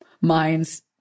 minds